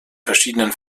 verschiedenen